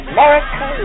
America